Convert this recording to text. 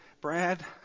Brad